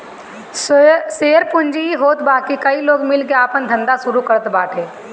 share पूंजी इ होत बाकी कई लोग मिल के आपन धंधा शुरू करत बाटे